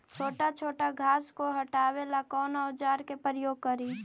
छोटा छोटा घास को हटाबे ला कौन औजार के प्रयोग करि?